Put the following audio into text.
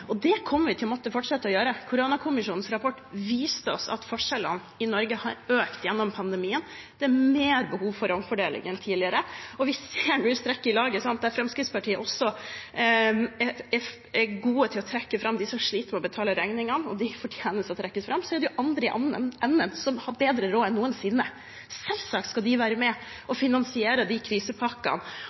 Og det kommer vi til å måtte fortsette å gjøre. Koronakommisjonens rapport viste oss at forskjellene i Norge har økt gjennom pandemien. Det er mer behov for omfordeling enn tidligere, og vi ser nå en strekk i laget. Fremskrittspartiet er gode til å trekke fram dem som sliter med å betale regningene, og de fortjener å trekkes fram, og så er det andre i den andre enden som har bedre råd enn noensinne. Selvsagt skal de være med og finansiere de krisepakkene